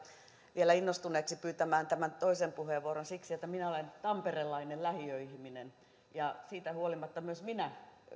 vielä innostuneeksi pyytämään tämän toisen puheenvuoron siksi että minä olen tamperelainen lähiö ihminen ja siitä huolimatta myös minä